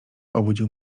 obudził